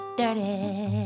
dirty